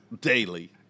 Daily